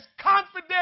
confident